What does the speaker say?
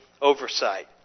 oversight